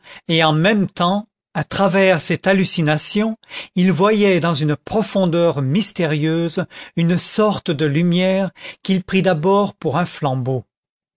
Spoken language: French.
et en même temps à travers cette hallucination il voyait dans une profondeur mystérieuse une sorte de lumière qu'il prit d'abord pour un flambeau